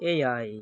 ᱮᱭᱟᱭ